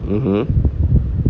mmhmm